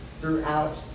throughout